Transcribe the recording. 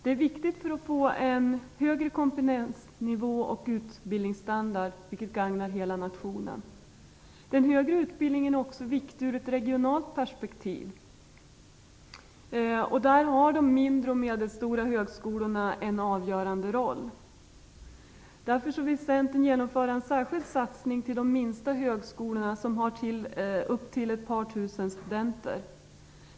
Det är viktigt för att få en högre kompetensnivå och utbildningsstandard, vilket gagnar hela nationen. Den högre utbildningen är också viktig ur ett regionalt perspektiv. De mindre och medelstora högskolorna spelar här en avgörande roll. Centern vill genomföra en särskild satsning på de minsta högskolorna som har upp till ett par tusen studenter.